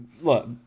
Look